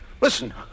Listen